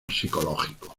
psicológico